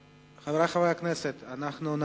חברי חברי הכנסת, אתם מסתפקים בדבריו של השר?